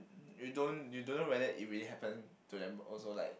you don't you don't know whether if it happened to them also like